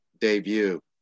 debut